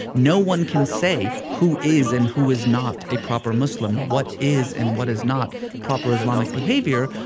no one can say who is and who is not a proper muslim, what is and what is not proper islamic behavior.